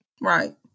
right